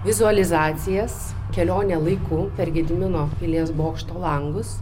vizualizacijas kelionę laiku per gedimino pilies bokšto langus